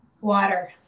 Water